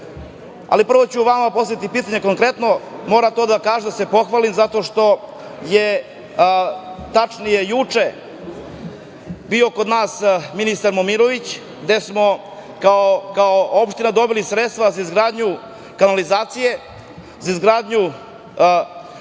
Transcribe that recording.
Tončevu. Prvo ću vama postaviti pitanje. Konkretno, moram to da kažem, da se pohvalim zato što je juče bio kod nas ministar Momirović gde smo kao opština dobili sredstva za izgradnju kanalizacije, za izgradnju